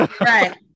right